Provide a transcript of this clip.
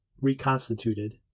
reconstituted